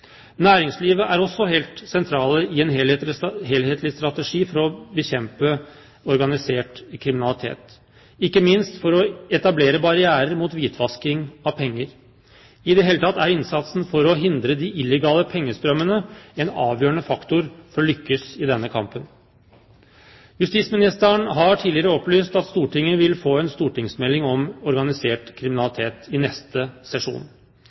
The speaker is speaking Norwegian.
Næringslivet er også helt sentralt i en helhetlig strategi for å bekjempe organisert kriminalitet, ikke minst for å etablere barrierer mot hvitvasking av penger. I det hele tatt er innsatsen for å hindre de illegale pengestrømmene en avgjørende faktor for å lykkes i denne kampen. Justisministeren har tidligere opplyst at Stortinget vil få en stortingsmelding om organisert kriminalitet i neste sesjon.